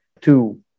two